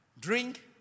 drink